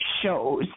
shows